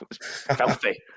filthy